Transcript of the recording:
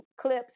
clips